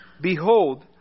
Behold